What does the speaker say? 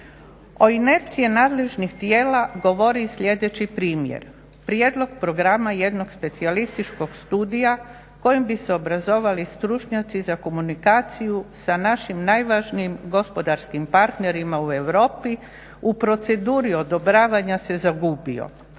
O inerciji nadležnih tijela govori sljedeći primjer. Prijedlog programa jednog specijalističkog studija kojim bi se obrazovali stručnjaci za komunikaciju sa našim najvažnijim gospodarskim partnerima u Europi u proceduri odobravanja se zagubio